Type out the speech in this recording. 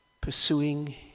pursuing